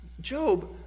Job